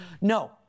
No